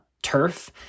turf